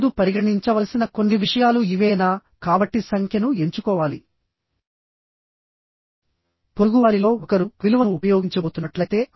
ఇప్పుడు మనం ఏం చేయాలి అంటే ఈ మూడు ప్రత్యామ్నాయ మార్గాలలో నెట్ ఏరియా ని కనుక్కోవాలి